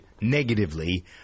negatively